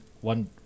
one